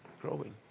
growing